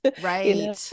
Right